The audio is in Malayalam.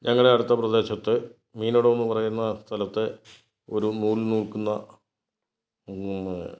ഞങ്ങളുടെ അടുത്ത പ്രദേശത്ത് മീനിടമെന്ന് പറയുന്ന സ്ഥലത്ത് ഒരു നൂൽ നൂൽക്കുന്ന